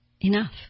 enough